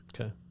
Okay